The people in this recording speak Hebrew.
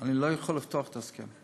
אני לא יכול לפתוח את ההסכם.